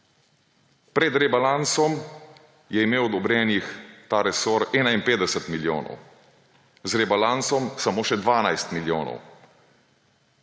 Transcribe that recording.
Pred rebalansom je imel ta resor odobrenih 51 milijonov, z rebalansom samo še 12 milijonov.